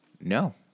No